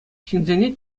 ҫынсене